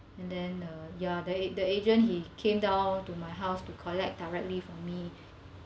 and then uh ya the a~ the agent he came down to my house to collect directly from me